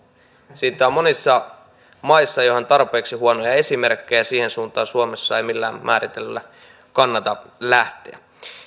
siitä on monissa maissa jo ihan tarpeeksi huonoja esimerkkejä siihen suuntaan suomessa ei millään määrittelyllä kannata lähteä